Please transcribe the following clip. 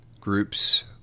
groups